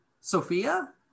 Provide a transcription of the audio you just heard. Sophia